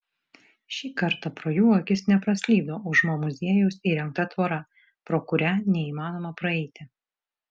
šį kartą pro jų akis nepraslydo už mo muziejaus įrengta tvora pro kurią neįmanoma praeiti